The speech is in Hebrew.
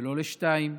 ולא לשניים